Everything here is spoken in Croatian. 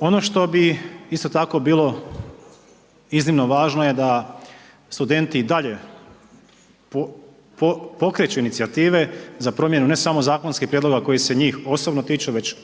Ono što bi isto tako bilo iznimno važno je da studenti i dalje pokreću inicijative za promjenu ne samo zakonskih prijedloga koji se njih osobno tiču, već